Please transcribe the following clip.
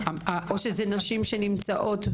או שאלה נשים שנמצאות במעגל הזנות?